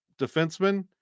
defenseman